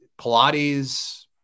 Pilates